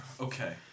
Okay